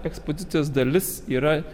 ekspozicijos dalis yra